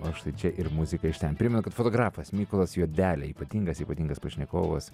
o štai čia ir muzika iš ten primenu kad fotografas mykolas juodelė ypatingas ypatingas pašnekovas